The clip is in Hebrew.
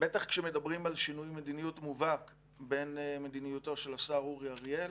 בטח כשמדברים על שינוי מדיניות מובהק בין מדיניותו של השר אורי אריאל,